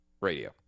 Radio